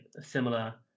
similar